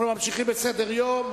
אנחנו ממשיכים בסדר-היום: